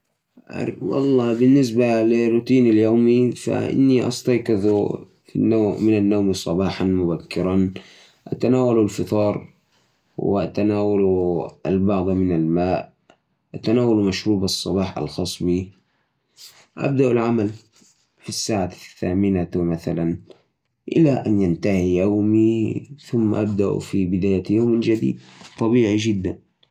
روتيني اليومي كالتالي أستيقظ عادةً في الساعة السابعة وأكل الأفطار في الساعة السابعة والنصف. أبدأ شغلي في الساعة الثامنة وأتناول الغداء في الساعة الواحدة ظهراً وأكل العشاء في الساعة السابعة مساءً وأروح أنام في الحداش مساءاً